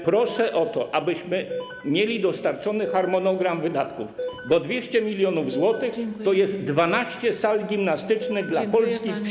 Proszę o to, abyśmy mieli dostarczony harmonogram wydatków, bo 200 mln zł to jest 12 sal gimnastycznych dla polskich wsi i miast.